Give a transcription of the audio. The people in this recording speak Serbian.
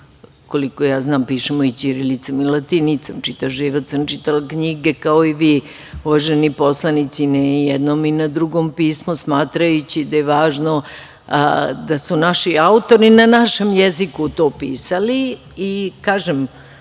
koliko ja znam, pišemo i ćirilicom i latinicom. Čitav život sam čitala knjige, kao i vi, uvaženi poslanici, na jednom i drugom pismu smatrajući da je važno da su naši autori na našem jeziku to pisali. Kažem,